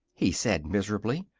he said miserably.